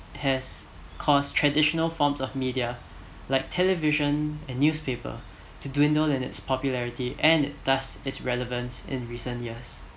has caused traditional forms of media like television and newspaper to dwindle in it's popularity and thus it's relevance in recent years